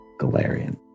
Galarian